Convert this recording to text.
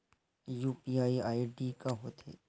UPI ID का होथे?